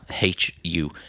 H-U